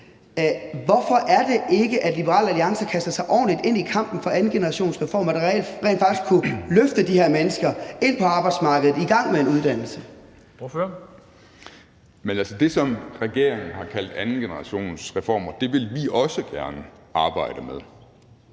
Hvorfor er det ikke, at Liberal Alliance kaster sig ordentligt ind i kampen for andengenerationsreformer, der rent faktisk kunne løfte de her mennesker ind på arbejdsmarkedet, i gang med en uddannelse? Kl. 15:50 Formanden (Henrik Dam Kristensen): Ordføreren.